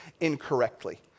incorrectly